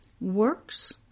works